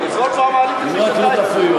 אם רק לא תפריעו.